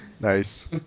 Nice